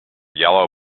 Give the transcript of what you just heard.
yellow